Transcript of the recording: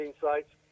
sites